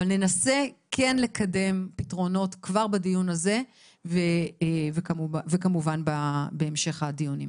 וננסה כן לקדם פתרונות כבר בדיון הזה וכמובן בהמשך הדיונים.